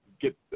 get